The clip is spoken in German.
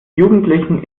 jugendlichen